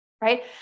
Right